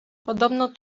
podobno